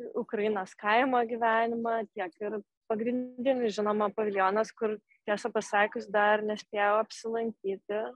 ukrainos kaimo gyvenimą tiek ir pagrindinis žinoma paviljonas kur tiesą pasakius dar nespėjau apsilankyti